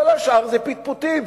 כל השאר זה פטפוטים.